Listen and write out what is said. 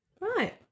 Right